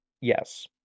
Yes